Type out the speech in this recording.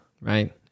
Right